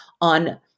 on